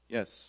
Yes